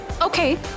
Okay